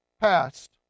past